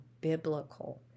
biblical